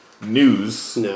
news